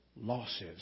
losses